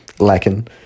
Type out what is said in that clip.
Lacking